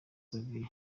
xavier